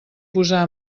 posar